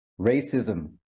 racism